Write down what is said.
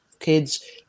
kids